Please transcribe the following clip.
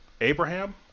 Abraham